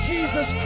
Jesus